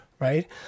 right